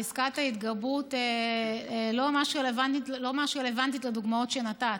פסקת ההתגברות לא ממש רלוונטית לדוגמאות שנתת.